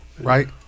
right